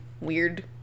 weird